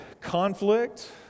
conflict